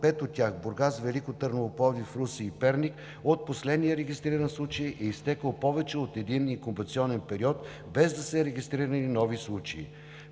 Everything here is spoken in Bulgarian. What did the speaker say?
пет от тях – Бургас, Велико Търново, Пловдив, Русе и Перник, от последния регистриран случай е изтекъл повече от един инкубационен период, без да се регистрира нов случай.